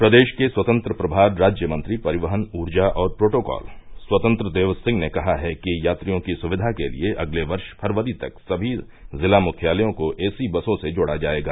प्रदेश के स्वतंत्र प्रभार राज्य मंत्री परिवहन ऊर्जा और प्रोटोकाल स्वतंत्र देव सिंह ने कहा है कि यात्रियों की सुक्विधा के लिए अगले वर्ष फरवरी तक सभी जिला मुख्यालयों को एसी बसों से जोड़ा जायेगा